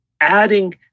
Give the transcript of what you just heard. adding